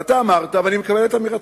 אתה אמרת, ואני מקבל את אמירתך: